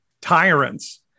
tyrants